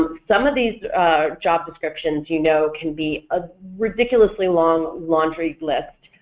some of these job descriptions you know can be a ridiculously long laundry list,